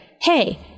hey